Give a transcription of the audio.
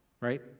right